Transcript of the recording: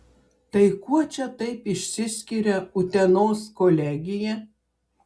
tai kuo čia taip išsiskiria utenos kolegija